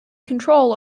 control